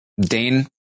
Dane